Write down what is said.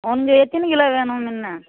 உனக்கு எத்தனி கிலோ வேணும் நின்ன